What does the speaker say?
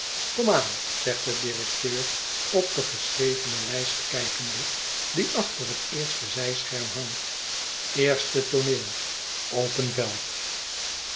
zegt de directeur op de geschrevene lijst kijkende die achter het eerste zijscherm hangt eerste tooneel open veld